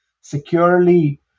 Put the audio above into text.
securely